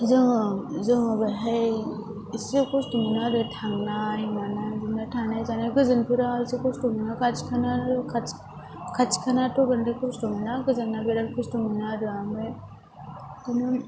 जोङो जोङो बेहाय इसे खस्थ' मोनो आरो थांनाय मानाय बिदिनो थानाय जानाय गोजानफोरा इसे खस्थ' मोनो खाथि खाला खाथि खालानाथ' बांद्राय खस्थ' मोना गोजानना बिराद खस्थ' मोनो आरो ओमफ्राय बिदिनो